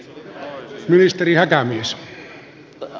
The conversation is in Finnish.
arvoisa puhemies